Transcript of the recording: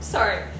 Sorry